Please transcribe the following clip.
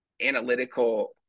analytical